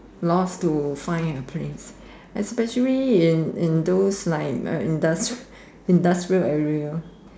lost to find a place especially in in those like like indust~ industrial area